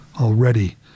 Already